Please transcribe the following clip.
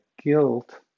Guilt